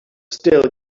still